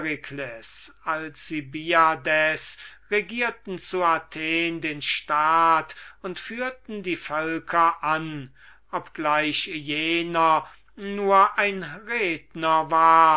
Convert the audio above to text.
alcibiades regierten zu athen den staat und führten die völker an obgleich jener nur ein redner war